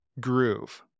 groove